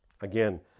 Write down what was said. Again